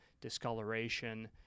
discoloration